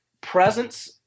presence